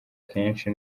kenshi